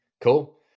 Cool